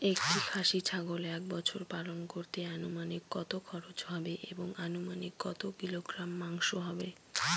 একটি খাসি ছাগল এক বছর পালন করতে অনুমানিক কত খরচ হবে এবং অনুমানিক কত কিলোগ্রাম মাংস হবে?